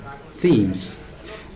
themes